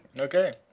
Okay